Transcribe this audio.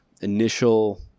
Initial